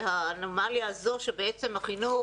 והאנומליה הזו שבעצם החינוך,